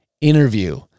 interview